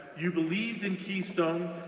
you believed in keystone,